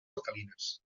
alcalines